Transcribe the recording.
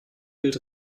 gilt